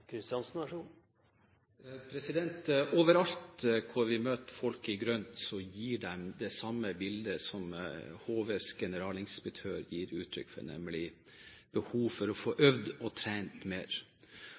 Overalt hvor vi møter folk i grønt, gir de det samme bildet som HVs generalinspektør gir uttrykk for, nemlig behov for å få